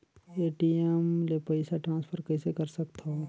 ATM ले पईसा transfer कइसे कर सकथव?